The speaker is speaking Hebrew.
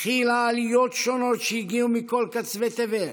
הכילה עליות שונות שהגיעו מכל קצווי תבל,